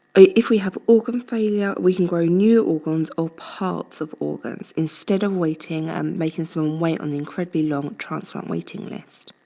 if we have organ failure, we can grow new organs or parts of organs instead of waiting and making us so um wait on the incredibly long transplant waiting list.